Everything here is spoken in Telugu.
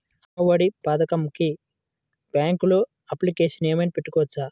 అమ్మ ఒడి పథకంకి బ్యాంకులో అప్లికేషన్ ఏమైనా పెట్టుకోవచ్చా?